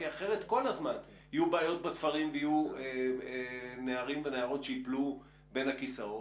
אחרת כל הזמן יהיו בעיות בתפרים ויהיו נערים ונערות שיפלו בין הכיסאות.